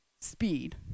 speed